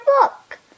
book